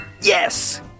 Yes